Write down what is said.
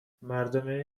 مردم